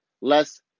Less